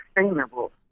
sustainable